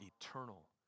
eternal